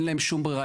אין להם שום ברירה,